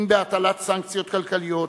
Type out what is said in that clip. אם בהטלת סנקציות כלכליות,